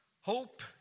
Hope